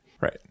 right